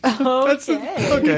Okay